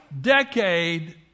decade